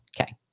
okay